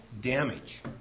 damage